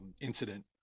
incident